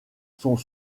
sont